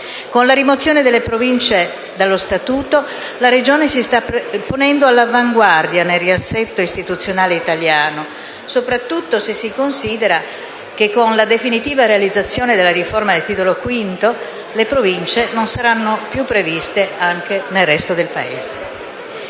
Con la rimozione delle Province dallo Statuto, la Regione si sta ponendo all'avanguardia nel riassetto istituzionale italiano, soprattutto se si considera che, con la definitiva realizzazione della riforma del Titolo V della Costituzione, le Province non saranno più previste anche nel resto del Paese.